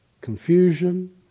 confusion